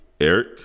Eric